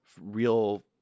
real